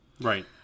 Right